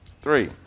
three